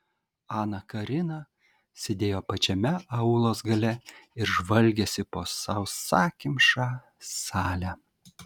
ana karina sėdėjo pačiame aulos gale ir žvalgėsi po sausakimšą salę